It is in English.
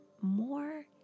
more